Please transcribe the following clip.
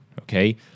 okay